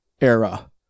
era